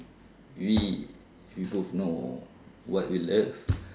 we we both know what we love